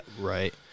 right